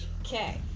okay